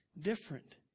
different